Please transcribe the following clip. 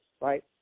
right